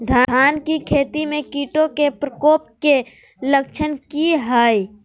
धान की खेती में कीटों के प्रकोप के लक्षण कि हैय?